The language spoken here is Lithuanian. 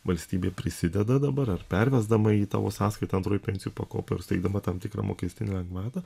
valstybė prisideda dabar ar pervesdama į tavo sąskaitą antroj pensijų pakopoj ar suteikdama tam tikrą mokestinę lengvatą